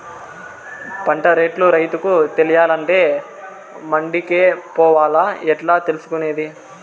పంట రేట్లు రైతుకు తెలియాలంటే మండి కే పోవాలా? ఎట్లా తెలుసుకొనేది?